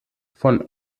von